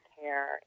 care